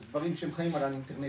אז דברים שהם חיים על האינטרנט,